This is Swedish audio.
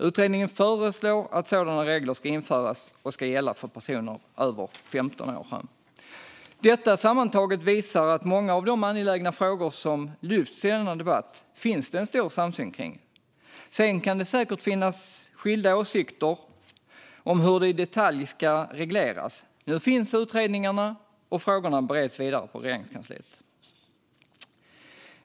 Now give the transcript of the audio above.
Utredningen föreslår att sådana regler ska införas och ska gälla för personer över 15 år. Detta sammantaget visar att det finns stor samsyn kring många av de angelägna frågor som tas upp i denna debatt. Sedan kan det säkert finnas skilda åsikter om hur det ska regleras i detalj. Men nu finns utredningen, och frågorna bereds vidare i Regeringskansliet.